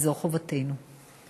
וזו חובתנו.